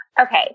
Okay